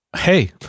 hey